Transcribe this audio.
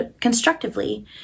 constructively